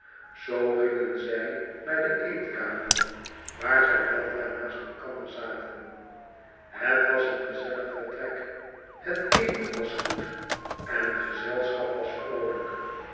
zoo gingen zij naar de eetkamer waar zij weldra naast elkander zaten het was een gezellig vertrek het eten was goed en het gezelschap was vroolijk